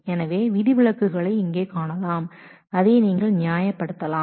எனவே விதிவிலக்குகளை இங்கே காணலாம் அதை நீங்கள் நியாயப்படுத்தலாம்